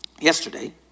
yesterday